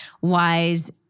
wise